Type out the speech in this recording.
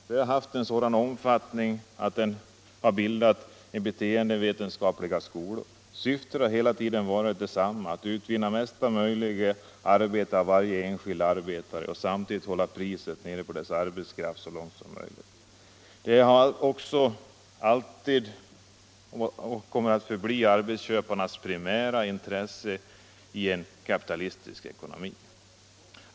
Denna har haft en sådan omfattning att den t.o.m. bildat beteendevetenskapliga skolor. Syftet har hela tiden varit detsamma —- att utvinna mesta möjliga arbete av varje enskild arbetare och samtidigt hålla nere priset på arbetskraft så långt som möjligt. Detta är och kommer alltid att förbli arbetsköparnas primära intresse i kapitalistisk ekonomi.